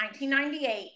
1998